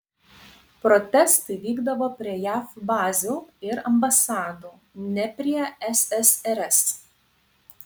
protestai vykdavo prie jav bazių ir ambasadų ne prie ssrs